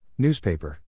Newspaper